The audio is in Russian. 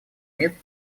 методы